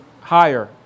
higher